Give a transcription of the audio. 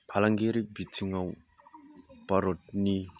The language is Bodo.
फालांगियारि बिथिङाव भारतनि